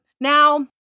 Now